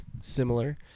similar